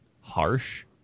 harsh